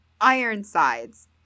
Ironsides